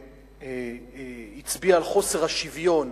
שהצביע על חוסר השוויון